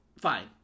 fine